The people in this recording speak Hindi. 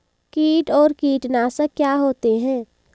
कीट और कीटनाशक क्या होते हैं?